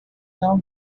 now